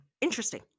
Interesting